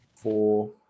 four